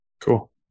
Cool